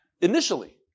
initially